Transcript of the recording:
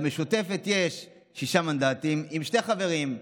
למשותפת יש שישה מנדטים, עם שני חברים.